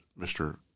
mr